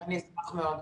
אני אשמח מאוד.